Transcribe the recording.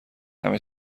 همه